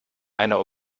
einer